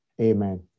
Amen